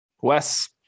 Wes